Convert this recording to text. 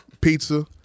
pizza